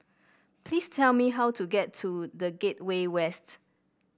please tell me how to get to The Gateway West